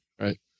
right